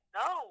no